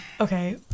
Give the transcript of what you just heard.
okay